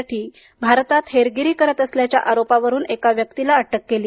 साठी भारतात हेरगिरी करत असल्याच्या आरोपावरून एका व्यक्तीला अटक केली